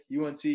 UNC